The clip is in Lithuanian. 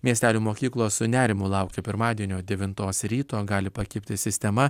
miestelių mokyklos su nerimu laukia pirmadienio devintos ryto gali pakibti sistema